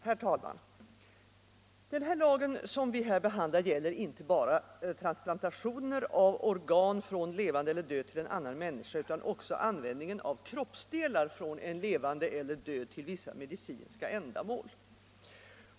Herr talman! Den lag som vi här behandlar gäller inte bara transplantationer av organ från levande eller död till en annan människa, utan också användningen av kroppsdelar från en levande eller död till vissa medicinska ändamål.